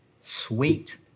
Sweet